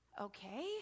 okay